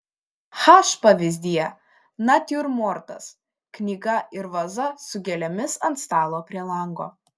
h pavyzdyje natiurmortas knyga ir vaza su gėlėmis ant stalo prie lango